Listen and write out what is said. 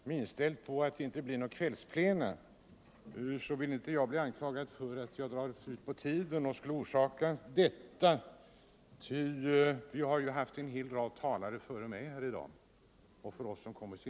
Herr talman! Att så här dags få ordet, när kammaren är inställd på att det inte blir något kvällsplenum, innebär att man lätt kan bli anklagad för att dra ut på tiden, men vi har ju haft en hel rad talare före mig här i dag och fler kommer.